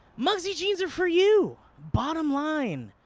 mugsy jeans are for you. bottom line.